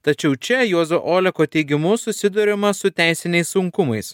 tačiau čia juozo oleko teigimu susiduriama su teisiniais sunkumais